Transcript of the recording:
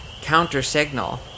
counter-signal